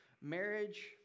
Marriage